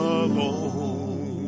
alone